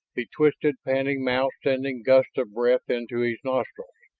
the twisted, panting mouth sending gusts of breath into his nostrils.